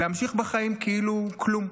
להמשיך בחיים כאילו כלום,